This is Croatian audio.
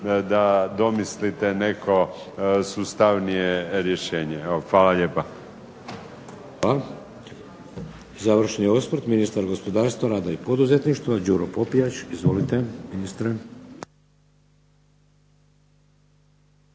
da domislite neko sustavnije rješenje. Evo, hvala lijepa.